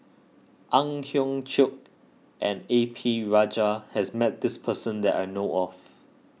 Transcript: Ang Hiong Chiok and A P Rajah has met this person that I know of